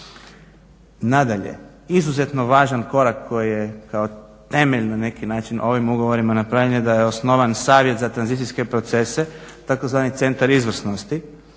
Nadalje, izuzetno važan korak koji je kao temelj na neki način ovim ugovorim napravljen je da je osnovan Savjet za tranzicijske procese tzv. Centar izvrsnosti